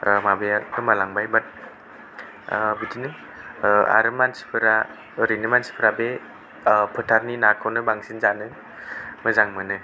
माबाया गोमालांबाय बाट बिदिनो आरो मानसिफोरा ओरैनो मानसिफोरा बे फोथारनि नाखौनो बांसिन जानो मोजां मोनो